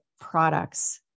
products